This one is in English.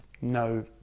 no